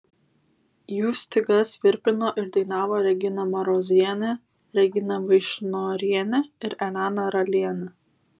jų stygas virpino ir dainavo regina marozienė regina vaišnorienė ir elena ralienė